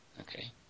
Okay